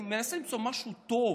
באמת מנסה למצוא משהו טוב,